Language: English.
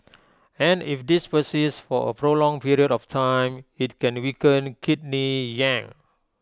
and if this persists for A prolonged period of time IT can weaken Kidney Yang